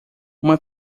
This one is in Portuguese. uma